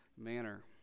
manner